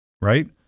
Right